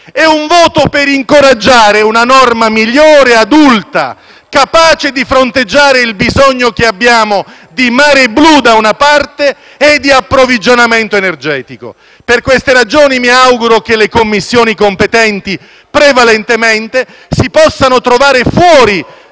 e un voto per incoraggiare una norma migliore, adulta, capace di fronteggiare il bisogno che abbiamo di mare blu, da una parte, e di approvvigionamento energetico, dall'altra. Per queste ragioni mi auguro che le Commissioni competenti, prevalentemente, si possono trovare fuori